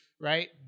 right